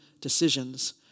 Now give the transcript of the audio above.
decisions